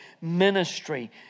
ministry